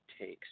takes